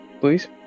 please